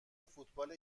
فوتبال